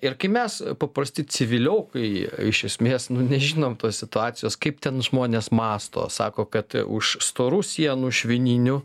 ir kai mes paprasti civiliokai iš esmės nežinom tos situacijos kaip ten žmonės mąsto sako kad už storų sienų švininių